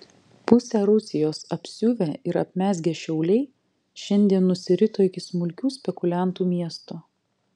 pusę rusijos apsiuvę ir apmezgę šiauliai šiandien nusirito iki smulkių spekuliantų miesto